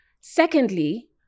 Secondly